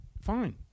Fine